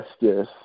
yes